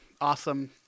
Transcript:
awesome